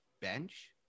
bench